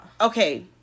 Okay